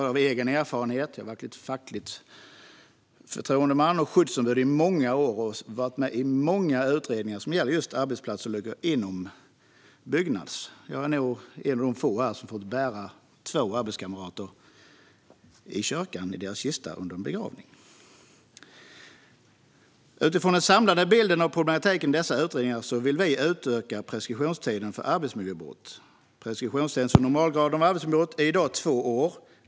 Jag har i många år varit facklig förtroendeman och skyddsombud, och jag har varit med i många utredningar som gäller arbetsplatsolyckor inom Byggnads. Jag är nog en av få här som har fått bära kistorna i kyrkan vid en begravning för två arbetskamrater. Utifrån den samlade bilden av problematiken i dessa utredningar vill vi utöka preskriptionstiden för arbetsmiljöbrott. Preskriptionstiden för normalgraden av arbetsmiljöbrott är i dag två år.